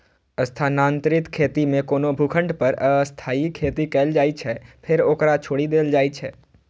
स्थानांतरित खेती मे कोनो भूखंड पर अस्थायी खेती कैल जाइ छै, फेर ओकरा छोड़ि देल जाइ छै